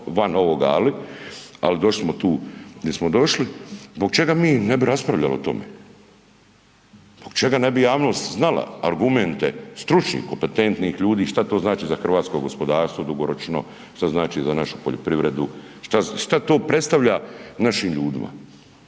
van ovoga ali došli smo tu di smo došli. Zbog čega mi ne bi raspravljali o tome? Zbog čega ne bi javnost znala argumente stručnih, kompetentnih ljudi šta to znači za hrvatsko gospodarstvo dugoročno, šta znači za našu poljoprivredu, šta to predstavlja našim ljudima.